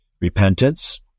Repentance